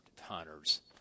hunters